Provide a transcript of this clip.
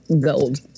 gold